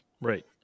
Right